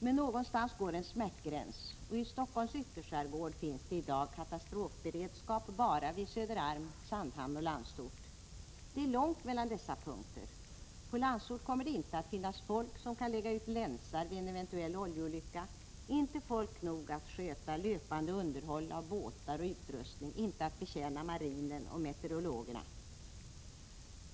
Men någonstans går en smärtgräns, och i Stockholms ytterskärgård finns det i dag katastrofberedskap bara vid Söderarm, Sandhamn och Landsort. Det är långt mellan dessa punkter. På Landsort kommer det inte att finnas folk som kan lägga ut länsar vid en eventuell oljeolycka, inte folk nog att sköta löpande underhåll av båtar och utrustning, inte att betjäna marinen och meteorologerna.